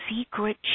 secret